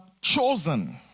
chosen